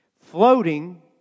Floating